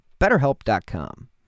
BetterHelp.com